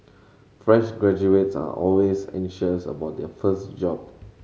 fresh graduates are always anxious about their first job